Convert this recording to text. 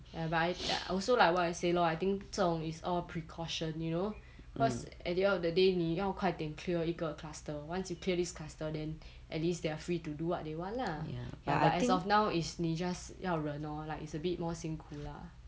ya but I also like what you say lor I think 这种 is all precautions you know because at the end of the day 你要快点 clear 一个 cluster once you clear this cluster then at least they're free to do what they want lah ya but as of now is 你 just 要忍 lor like it's a bit more 辛苦 lah